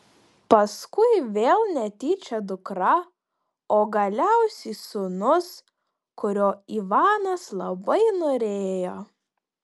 paskui vėl netyčia dukra o galiausiai sūnus kurio ivanas labai norėjo